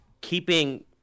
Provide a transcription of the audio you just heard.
keeping